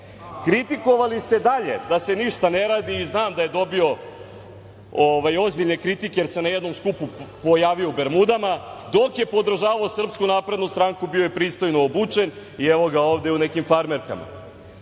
Kritikovali ste dalje da se ništa ne radi i znam da je dobio ozbiljne kritike da se na jednom skupu pojavio u bermudama dok je podržavao SNS bio je pristojno obučen, i evo ga ovde u nekim farmerkama.